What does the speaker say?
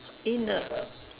in a